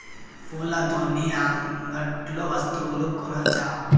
ఫోన్ల తోని అంగట్లో వస్తువులు కొనచ్చా?